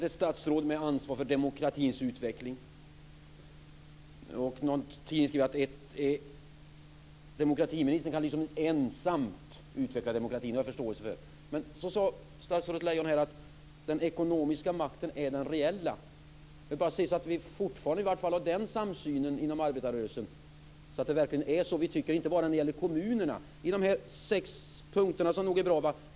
Fru talman! Jag tycker att det är väldigt bra att regeringen har utsett ett statsråd med ansvar för demokratins utveckling. Men demokratiministern kan inte ensam utveckla demokratin, det har jag förståelse för. Statsrådet Lejon sade här att den ekonomiska makten är den reella. Jag vill bara se så att vi fortfarande i alla fall har den samsynen inom arbetarrörelsen, att det verkligen är så vi tycker inte bara när det gäller kommunerna. De här sex punkterna är nog bra.